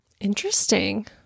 interesting